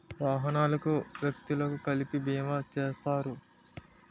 వాహనాలకు వ్యక్తులకు కలిపి బీమా చేస్తారు